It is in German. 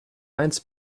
eins